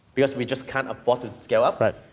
because we just can't afford to scale up. right.